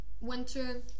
winter